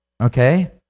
okay